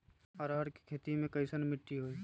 अरहर के खेती मे कैसन मिट्टी होइ?